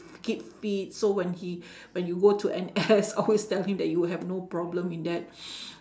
keep fit so when he when you go to N_S always tell him that you will have no problem in that